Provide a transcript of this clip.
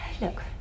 Look